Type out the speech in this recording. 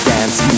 Dance